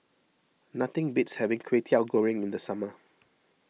nothing beats having Kwetiau Goreng in the summer